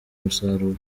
umusaruro